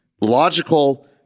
logical